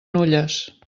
nulles